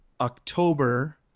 October